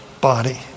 body